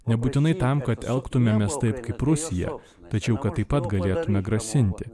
nebūtinai tam kad elgtumėmės taip kaip rusijos tačiau kad taip pat galėtumėme grasinti